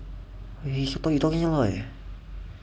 okay okay you keep you talking damn loud eh